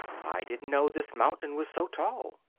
i didn't know this mountain was so tall.